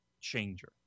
changer